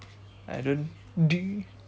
I don't know